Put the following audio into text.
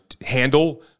handle